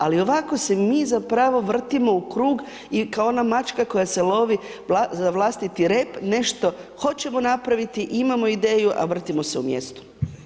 Ali ovako se mi zapravo vrtimo u krug, kao ona mačka koja se lovi za vlastiti rep, nešto hoćemo napraviti imamo ideju, a vrtimo se u mjestu.